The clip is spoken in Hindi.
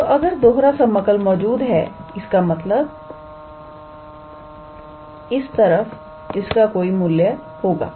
तो अगर दोहरा समाकल मौजूद है इसका मतलब इस तरफ इसका कोई मूल्य होगा